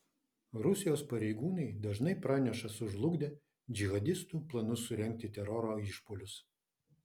rusijos pareigūnai dažnai praneša sužlugdę džihadistų planus surengti teroro išpuolius